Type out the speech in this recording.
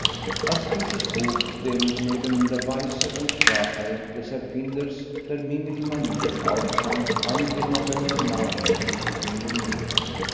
als dieses buch dem neben der weise und sprache des erfinders der mimili manier auch sein angenommener name nicht fehlen durfte